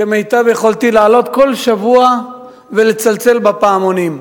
כמיטב יכולתי, לעלות כל שבוע ולצלצל בפעמונים.